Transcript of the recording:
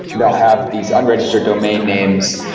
they'll have these unregistered domain names,